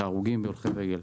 את ההרוגים מקרב הולכי הרגל.